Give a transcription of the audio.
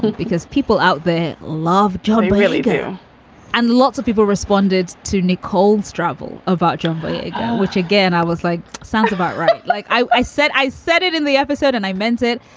because people out there love job really do and lots of people responded to nicole's struggle about ah jumping, which again, i was like sounds about right. like i i said, i said it in the episode and i meant it.